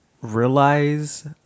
realize